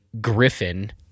Griffin